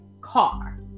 car